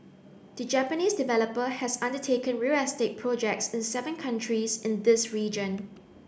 the Japanese developer has undertaken real estate projects in seven countries in this region